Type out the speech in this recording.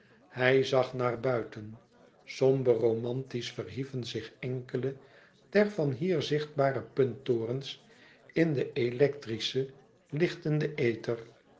hij zag naar buiten somber romantisch verhieven zich enkele der van hier zichtbare punttorens in den electrischen lichtenden ether